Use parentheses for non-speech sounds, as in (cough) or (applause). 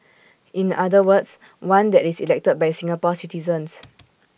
in other words one that is elected by Singapore citizens (noise)